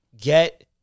get